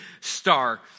star